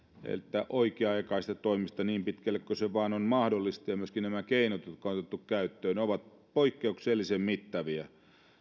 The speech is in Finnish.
että oikea aikaisista toimista niin pitkälle kuin se vain on mahdollista myöskin nämä keinot jotka on otettu käyttöön ovat poikkeuksellisen mittavia